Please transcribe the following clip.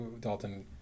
dalton